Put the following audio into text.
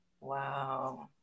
Wow